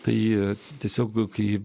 tai tiesiog kai